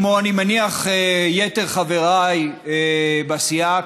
כמו יתר חברי בסיעה,